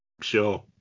Sure